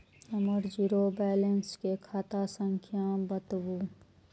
हमर zero balance के खाता संख्या बतबु?